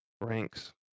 ranks